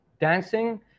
dancing